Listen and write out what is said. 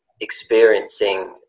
experiencing